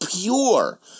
pure